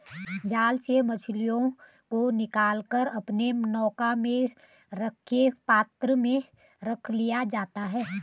जाल से मछलियों को निकाल कर अपने नौका में रखे पात्र में रख लिया जाता है